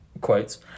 quotes